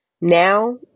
Now